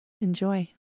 Enjoy